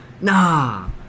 Nah